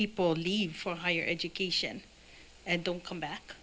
people who leave for higher education and don't come back